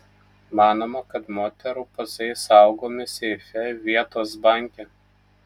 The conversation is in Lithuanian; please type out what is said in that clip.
manoma kad moterų pasai saugomi seife vietos banke